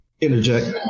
interject